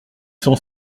sont